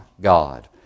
God